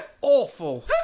Awful